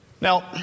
Now